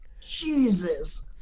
Jesus